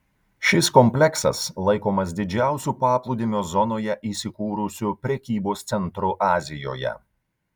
šis kompleksas laikomas didžiausiu paplūdimio zonoje įsikūrusiu prekybos centru azijoje